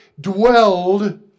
dwelled